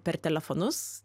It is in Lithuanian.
per telefonus